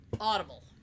Audible